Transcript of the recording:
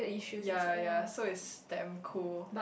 ya ya so is damn cool